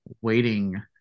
waiting